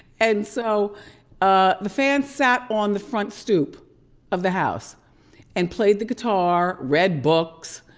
and so ah the fan sat on the front stoop of the house and played the guitar, read books,